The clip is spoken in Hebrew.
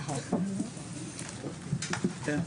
בשעה 11:03.